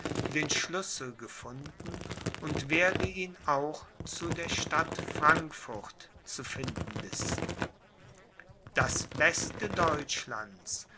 den schlüssel gefunden und werde ihn auch zu der stadt frankfurt zu finden wissen das beste deutschlands